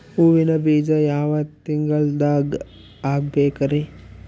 ಹೂವಿನ ಬೀಜ ಯಾವ ತಿಂಗಳ್ದಾಗ್ ಹಾಕ್ಬೇಕರಿ?